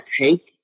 take